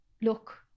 look